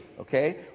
okay